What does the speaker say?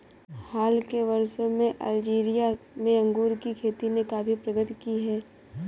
हाल के वर्षों में अल्जीरिया में अंगूर की खेती ने काफी प्रगति की है